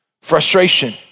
frustration